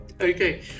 Okay